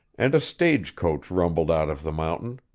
and a stage-coach rumbled out of the mountain,